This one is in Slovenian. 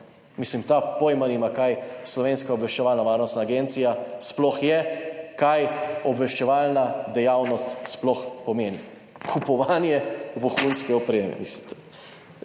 Mislim, ta pojma nima, kaj Slovenska obveščevalno varnostna agencija sploh je, kaj obveščevalna dejavnost sploh pomeni. Kupovanje vohunske opreme?! Mislim,